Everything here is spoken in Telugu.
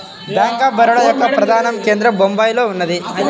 బ్యేంక్ ఆఫ్ బరోడ యొక్క ప్రధాన కేంద్రం బొంబాయిలో ఉన్నది